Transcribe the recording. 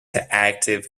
active